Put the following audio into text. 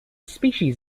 species